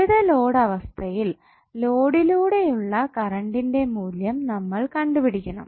വിവിധ ലോഡ് അവസ്ഥയിൽ ലോഡിലൂടെയുള്ള കറണ്ടിന്റെ മൂല്യം നമ്മൾ കണ്ടുപിടിക്കണം